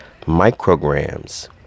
micrograms